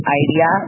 idea